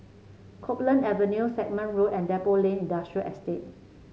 Copeland Avenue Stagmont Road and Depot Lane Industrial Estate